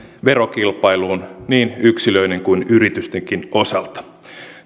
verokilpailuun niin yksilöiden kuin yritystenkin osalta